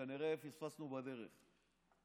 שכנראה פספסנו בדרך.